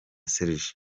serge